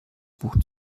buch